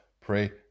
pray